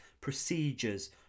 procedures